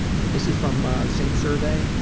this is from the same survey,